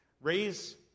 raise